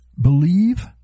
believe